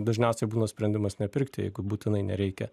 dažniausiai būna sprendimas nepirkti jeigu būtinai nereikia